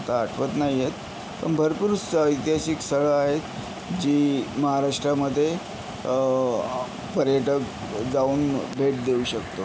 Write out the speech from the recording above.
आता आठवत नाही आहेत पण भरपूर स ऐतिहासिक सळं आहेत जी महाराष्ट्रामध्ये पर्यटक जाऊन भेट देऊ शकतो